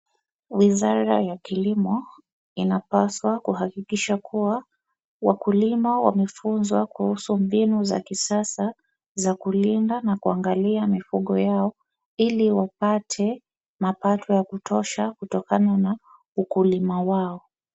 Wizara ya kilimo inapaswa kuhakikisha ya kuwa wakulima wamefunzwa kuhusu mbinu za kisasa za kulinda na kuangalia mifugo yao ili wapate mapato ya kutosha kutokana na ukulima wao.